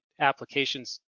applications